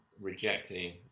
rejecting